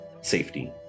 safety